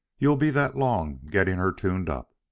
you'll be that long getting her tuned up.